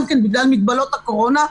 גם בגלל מגבלות הקורונה.